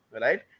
right